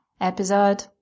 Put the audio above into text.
episode